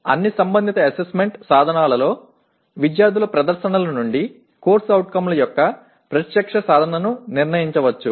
అన్ని సంబంధిత అసెస్మెంట్ సాధనాలలో విద్యార్థుల ప్రదర్శనల నుండి CO ల యొక్క ప్రత్యక్ష సాధనను నిర్ణయించవచ్చు